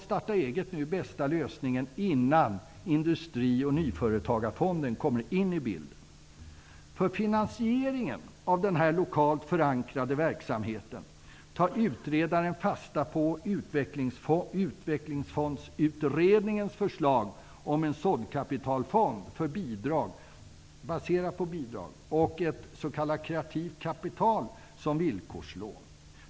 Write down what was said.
Starta eget kan vara bästa lösningen innan Industri och nyföretagarfonden kommer in i bilden. För finansieringen av den här lokalt förankrade verksamheten tar utredaren fasta på kreativt kapital som villkorslån.